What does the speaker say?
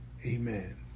Amen